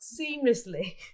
seamlessly